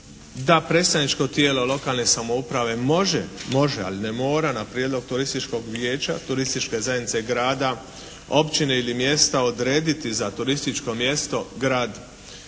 da predstavničko tijelo lokalne samouprave može, može ali ne mora na prijedlog turističkog vijeća, turističke zajednice grada, općine ili mjesta odrediti za turističko mjesto, grad,